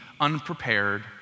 unprepared